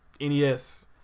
NES